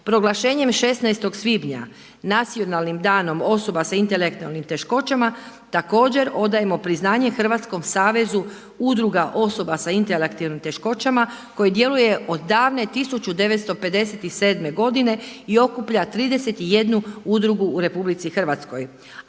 Proglašenjem 16. svibnja Nacionalnim danom osoba sa intelektualnim teškoćama također odajemo priznanje Hrvatskom savezu udruga osoba sa intelektualnim teškoćama koji djeluje od davne 1957. godine i okuplja 31 udrugu u Republici Hrvatskoj